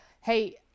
hey